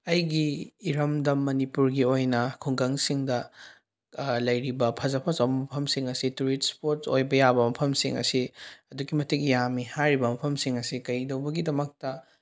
ꯑꯩꯒꯤ ꯏꯔꯝꯗꯝ ꯃꯅꯤꯄꯨꯔꯒꯤ ꯑꯣꯏꯅ ꯈꯨꯡꯒꯪꯁꯤꯡꯗ ꯂꯩꯔꯤꯕ ꯐꯖ ꯐꯖꯕ ꯃꯐꯝꯁꯤꯡ ꯑꯁꯤ ꯇꯨꯔꯤꯠꯁ ꯏꯁꯄꯣꯠ ꯑꯣꯏꯕ ꯌꯥꯕ ꯃꯐꯝꯁꯤꯡ ꯑꯁꯤ ꯑꯗꯨꯛꯀꯤ ꯃꯇꯤꯛ ꯌꯥꯝꯃꯤ ꯍꯥꯏꯔꯤꯕ ꯃꯐꯝꯁꯤꯡ ꯑꯁꯤ ꯀꯔꯤ ꯇꯧꯕꯒꯤꯗꯃꯛꯇ